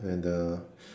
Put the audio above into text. and the